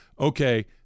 Okay